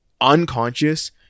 unconscious